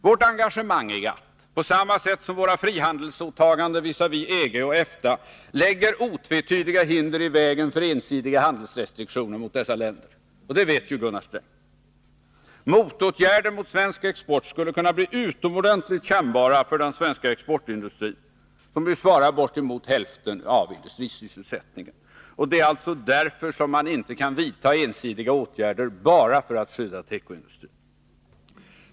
Vårt engagemang i GATT lägger, på samma sätt som våra frihandelsåtaganden visavi EG och EFTA, otvetydiga hinder i vägen för ensidiga handelsrestriktioner mot dessa länder. Det vet Gunnar Sträng. Motåtgärder mot svensk export skulle kunna bli utomordentligt kännbara för den svenska exportindustrin, som ju svarar för bortemot hälften av industrisysselsättningen. Det är alltså därför som man inte kan vidta ensidiga åtgärder bara för att skydda tekoindustrin.